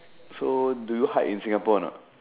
so do you hike in Singapore or not